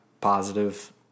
positive